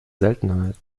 seltenheit